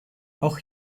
auch